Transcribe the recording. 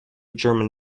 german